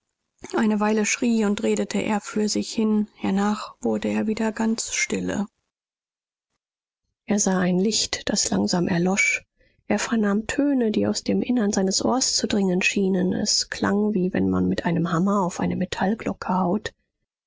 eine weile schrie und redete er für sich hin hernach wurde er wieder ganz stille er sah ein licht das langsam erlosch er vernahm töne die aus dem innern seines ohrs zu dringen schienen es klang wie wenn man mit einem hammer auf eine metallglocke haut